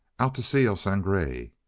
out to see el sangre.